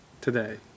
today